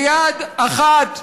ליד אחת,